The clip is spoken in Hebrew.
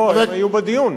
לא, הם היו בדיון.